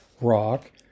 rock